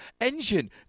engine